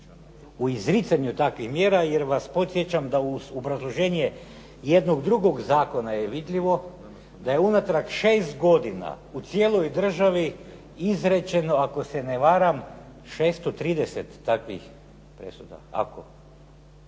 u izricanju takvih mjera jer vas podsjećam da u obrazloženje jednog drugog zakona vidljivo da je unatrag šest godina u cijeloj godini izrečeno ako se ne varam 630 takvih presuda,